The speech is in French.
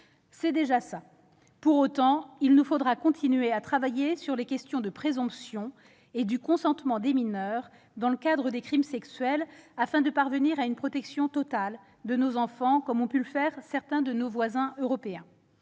C'est déjà ça ! Pour autant, il nous faudra continuer à travailler sur les questions de présomption et de consentement des mineurs dans le cadre des crimes sexuels, afin de parvenir à une protection totale de nos enfants, comme ont pu le faire certains de nos voisins européens.